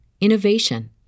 innovation